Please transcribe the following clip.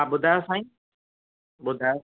हा ॿुधायो साईं ॿुधायो